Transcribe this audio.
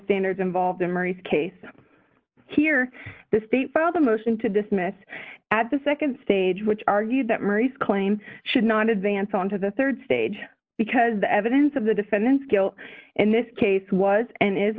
standards involved in murray's case here the state filed a motion to dismiss at the nd stage which argued that murray's claim should not advance on to the rd stage because the evidence of the defendant's guilt in this case was and is